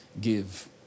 give